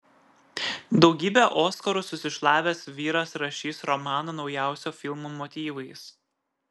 daugybę oskarų susišlavęs vyras rašys romaną naujausio filmo motyvais